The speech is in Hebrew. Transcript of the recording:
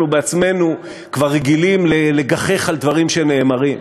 אנחנו בעצמנו כבר רגילים לגחך על דברים שנאמרים,